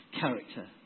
character